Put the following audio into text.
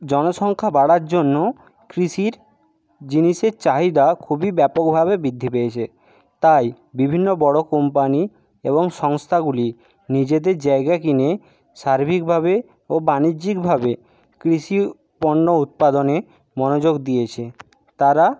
জনসংখ্যা বাড়ার জন্য কৃষির জিনিসের চাহিদা খুবই ব্যাপকভাবে বৃদ্ধি পেয়েছে তাই বিভিন্ন বড়ো কোম্পানি এবং সংস্থাগুলি নিজেদের জায়গা কিনে সার্বিকভাবে ও বাণিজ্যিকভাবে কৃষি পণ্য উৎপাদনে মনোযোগ দিয়েছে তারা